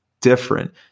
different